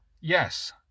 Yes